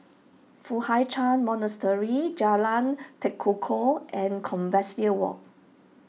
Foo Hai Ch'an Monastery Jalan Tekukor and Compassvale Walk